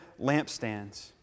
lampstands